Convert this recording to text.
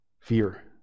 fear